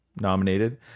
nominated